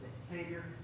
Savior